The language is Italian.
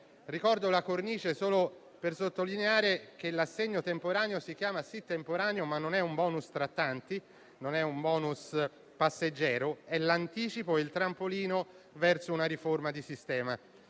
Ricordo la cornice solo per sottolineare che l'assegno temporaneo si chiama sì temporaneo, ma non è un *bonus* tra tanti e non è un *bonus* passeggero: è l'anticipo e il trampolino verso una riforma di sistema